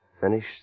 Finish